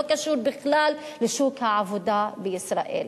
לא קשור בכלל לשוק העבודה בישראל.